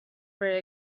very